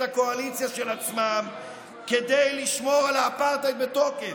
הקואליציה של עצמם כדי לשמור על האפרטהייד בתוקף.